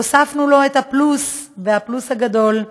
הוספנו לו את ה"פלוס", והפלוס הגדול,